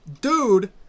Dude